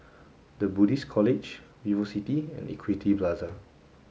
the Buddhist College VivoCity and Equity Plaza